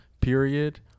period